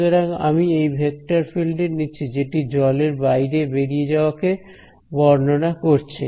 সুতরাং আমি এই ভেক্টর ফিল্ড টি নিচ্ছি যেটি জলের বেরিয়ে যাওয়া কে বর্ণনা করছে